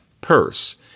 purse